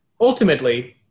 Ultimately